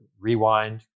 rewind